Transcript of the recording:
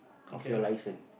of your license